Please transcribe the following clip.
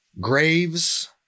graves